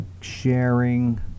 sharing